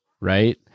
right